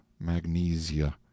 magnesia